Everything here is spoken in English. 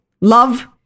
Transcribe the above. love